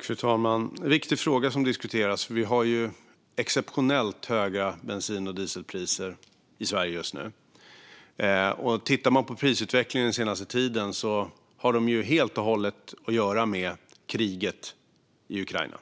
Fru talman! Det är en viktig fråga som diskuteras. Vi har exceptionellt höga bensin och dieselpriser i Sverige just nu. Om man tittar på prisutvecklingen den senaste tiden ser man att den helt och hållet har att göra med kriget i Ukraina.